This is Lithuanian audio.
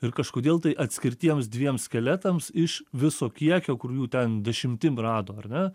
ir kažkodėl tai atskirtiems dviems skeletams iš viso kiekio kur jų ten dešimtim rado ar ne